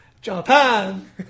Japan